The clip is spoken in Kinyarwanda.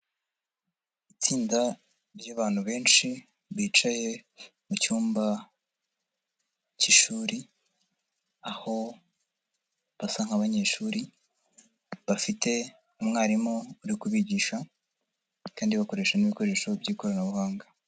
Itsinda ry'abantu benshi bicaye mu cyumba cy'ishuri, aho basa nk'abanyeshuri bafite umwarimu uri kubigisha, kandi bakoresha n'ibikoresho by'ikoranabuhanga.